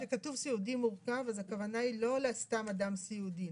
וכשכתוב סיעודי מורכב אז הכוונה היא לא לסתם אדם סיעודי,